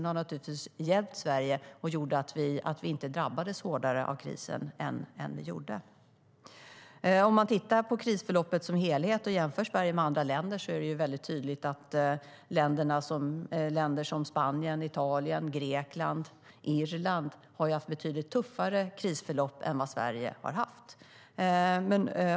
Det har naturligtvis hjälpt Sverige, och det gjorde att vi inte drabbades hårdare av krisen än vi gjorde. Om man tittar på krisförloppet som helhet och jämför Sverige med andra länder ser man tydligt att länder som Spanien, Italien, Grekland och Irland har haft betydligt tuffare krisförlopp än Sverige.